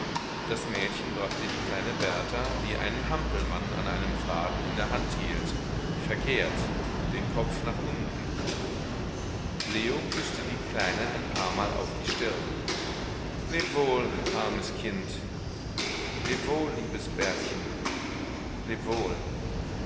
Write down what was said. das mädchen brachte die kleine berta die einen hampelmann an einem faden in der hand hielt verkehrt den kopf nach unten leo küßte die kleine ein paarmal auf die stirn lebwohl armes kind lebwohl liebes bertchen lebwohl